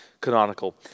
canonical